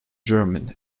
german